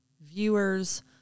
viewers